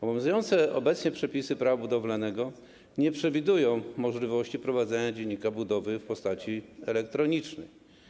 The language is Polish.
Obowiązujące obecnie przepisy Prawa budowlanego nie przewidują możliwości prowadzenia dziennika budowy w postaci elektronicznej.